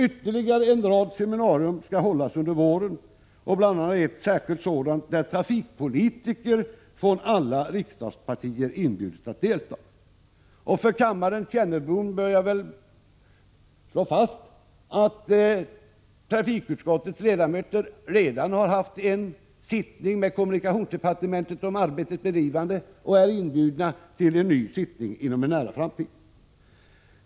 Ytterligare en rad seminarier skall hållas under våren, bl.a. ett särskilt sådant där trafikpolitiker från alla riksdagspartier inbjudits att delta. För kammarens kännedom bör jag väl slå fast, att trafikutskottets ledamöter redan har haft en sittning med kommunikationsdepartementet om arbetets bedrivande och är inbjudna till en ny sittning inom en nära framtid.